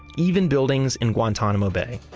even buildings in guantanamo bay